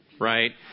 right